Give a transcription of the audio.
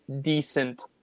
decent